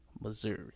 Missouri